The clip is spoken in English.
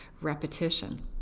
repetition